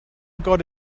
got